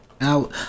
Now